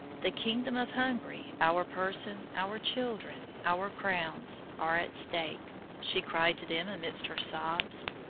the kingdom of hungary, our person, our children, our crowns, are at stake, she cried to them amidst her sobs.